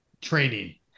training